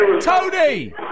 Tony